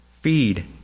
feed